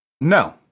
no